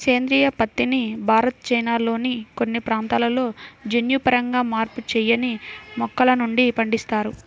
సేంద్రీయ పత్తిని భారత్, చైనాల్లోని కొన్ని ప్రాంతాలలో జన్యుపరంగా మార్పు చేయని మొక్కల నుండి పండిస్తారు